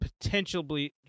potentially